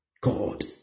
God